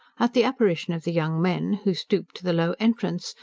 at the apparition of the young men, who stooped to the low entrance,